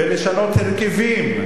ולשנות הרכבים,